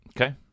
Okay